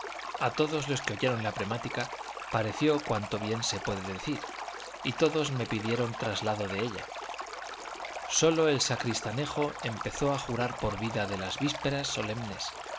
a todos los que oyeron la premática pareció cuanto bien se puede decir y todos me pidieron traslado de ella sólo el sacristanejo empezó a jurar por vida de las vísperas solemnes